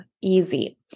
easy